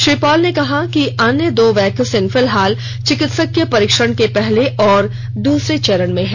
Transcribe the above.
श्री पॉल ने कहा कि अन्य दो वैक्सीन फिलहाल चिकित्सकीय परीक्षण के पहले और दूसरे चरण में हैं